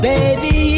Baby